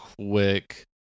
quick